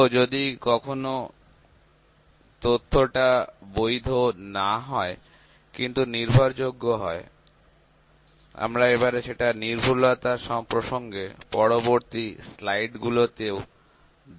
তো যদি কখনো তথ্যটি বৈধ না হয় কিন্তু নির্ভরযোগ্য হয় আমরা এবারে সেটা সূক্ষ্মতা প্রসঙ্গে পরবর্তী স্লাইডে গুলিতেও দেখব